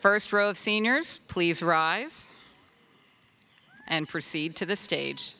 first row of seniors please rise and proceed to the stage